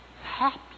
Happy